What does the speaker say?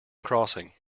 crossing